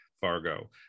Fargo